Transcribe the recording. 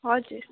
हजुर